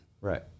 Right